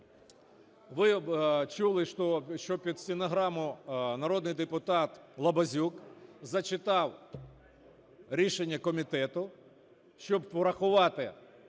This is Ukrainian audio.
Ви чули, що під стенограму народний депутат Лабазюк зачитав рішення комітету, щоб врахувати